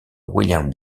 william